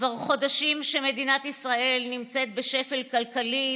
כבר חודשים מדינת ישראל נמצאת בשפל כלכלי,